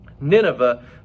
Nineveh